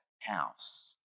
house